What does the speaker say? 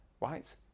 right